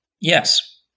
Yes